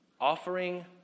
offering